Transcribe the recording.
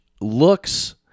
looks